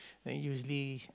then usually